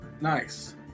Nice